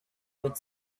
would